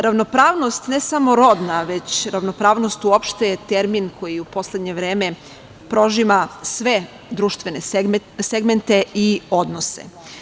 Ravnopravnost, ne samo rodna, već ravnopravnost uopšte je termin koji u poslednje vreme prožima sve društvene segmente i odnose.